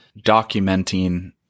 documenting